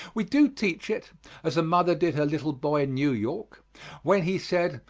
we do teach it as a mother did her little boy in new york when he said,